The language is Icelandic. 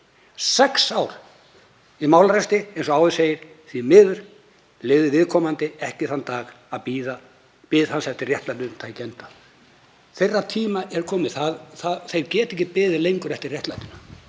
Sex ár í málarekstri eins og áður segir — því miður lifði viðkomandi ekki þann dag að bið hans eftir réttlætinu tæki enda. Þeirra tími er kominn, þau geta ekki beðið lengur eftir réttlætinu.